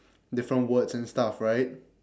different words and stuff right